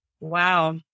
Wow